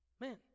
Man